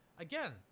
Again